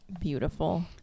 beautiful